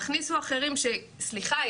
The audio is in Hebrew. תכניסו אחרים שתסלחו לי,